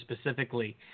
specifically